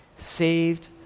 saved